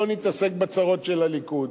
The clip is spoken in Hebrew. לא נתעסק בצרות של הליכוד.